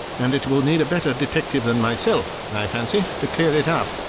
and it will need a better detective than myself, i fancy, to clear it up.